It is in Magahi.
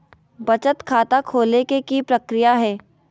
बचत खाता खोले के कि प्रक्रिया है?